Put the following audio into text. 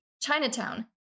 Chinatown